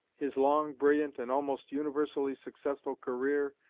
his long, brilliant, and almost universally successful career,